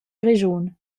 grischun